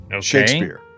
Shakespeare